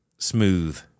Smooth